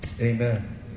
Amen